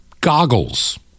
goggles